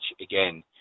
again